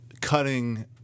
cutting